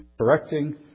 correcting